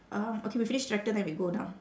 um okay we finish tractor then we go down